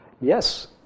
Yes